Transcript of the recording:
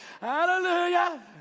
Hallelujah